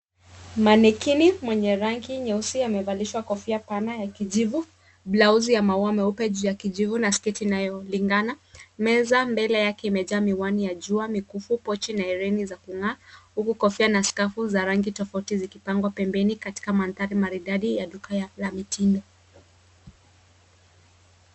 Manikini mwenye rangi nyeusi amevalishwa kofia pana ya kijivu, blausi ya maua meupe juu ya kijivu, na sketi inayolingana. Meza mbele yake imejaa miwani ya jua, mikufu, pochi na herini, za kung'aa huku kofia na skafu za rangi tofauti zikipangwa pembeni katika mandhari maridadi ya duka ya, la mitindo.